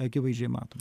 akivaizdžiai matom